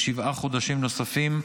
בשבעה חודשים נוספים,